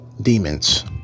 demons